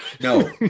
no